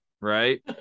right